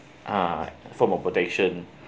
uh form of protection